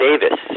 Davis